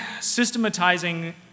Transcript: systematizing